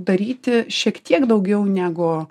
daryti šiek tiek daugiau negu